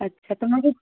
अच्छा तो मुझे